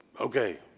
Okay